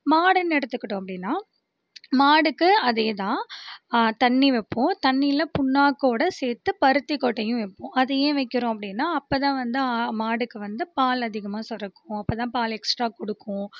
மாடுனு எடுத்துக்கிட்டோம் அப்படினா மாடுக்கு அதே தான் தண்ணி வைப்போம் தண்ணியில் புண்ணாக்கோடு சேர்த்து பருத்தி கொட்டையும் வைப்போம் அது ஏன் வைக்கிறோம் அப்படினா அப்போ தான் வந்து மாடுக்கு வந்து பால் அதிகமாக சுரக்கும் அப்போது தான் பால் எக்ஸ்ட்ரா கொடுக்கும்